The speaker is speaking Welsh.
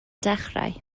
dechrau